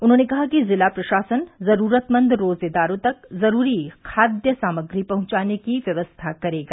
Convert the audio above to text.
उन्होंने कहा कि जिला प्रशासन जरूरतमंद रोजेदारों तक जरूरी खाद्य सामग्री पहुंचाने की व्यवस्था करेगा